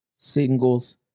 singles